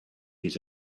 his